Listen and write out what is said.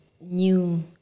new